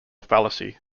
fallacy